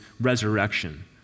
resurrection